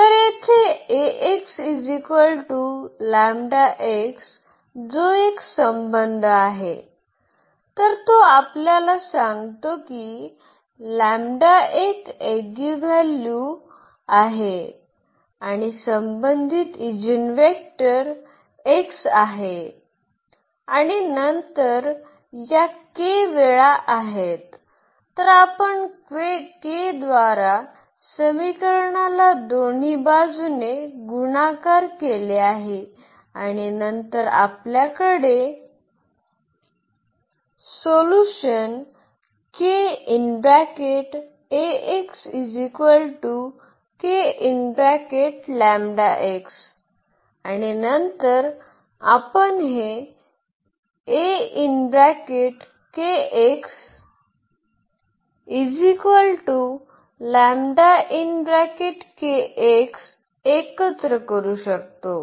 तर येथे जो एक संबंध आहे तर तो आपल्याला सांगतो की एक एगिनव्हॅल्यू आहे आणि संबंधित ईजीनवेक्टर x आहे आणि नंतर या k वेळा आहे तर आपण k द्वारा समीकरणाला दोन्ही बाजूने गुणाकार केले आहे आणि नंतर आपल्याकडे आणि नंतर आपण हे एकत्र करू शकतो